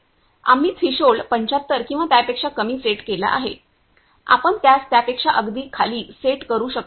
आम्ही थ्रीशोल्ड 75 किंवा त्यापेक्षा कमी सेट केला आहे आपण त्यास त्यापेक्षा अगदी खाली सेट करू शकता